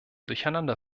durcheinander